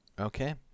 Okay